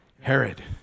Herod